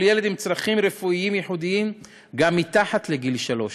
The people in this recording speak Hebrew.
ילד עם צרכים רפואיים ייחודיים גם מתחת לגיל שלוש,